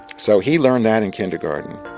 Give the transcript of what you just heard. so he learned that in kindergarten